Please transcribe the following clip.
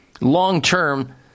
long-term